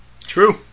True